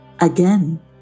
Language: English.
Again